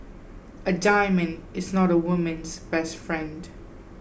a diamond is not a woman's best friend